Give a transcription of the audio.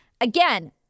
Again